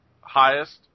highest